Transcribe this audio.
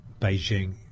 Beijing